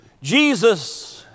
Jesus